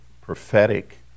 prophetic